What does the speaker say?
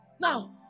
Now